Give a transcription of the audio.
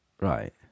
Right